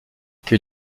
que